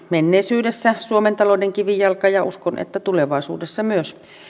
menneisyydessä suomen talouden kivijalka ja uskon että tulevaisuudessa myös